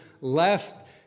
left